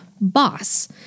boss